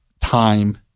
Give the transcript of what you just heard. time